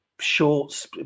Shorts